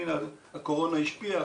הקורונה השפיעה,